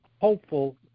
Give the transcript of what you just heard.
hopeful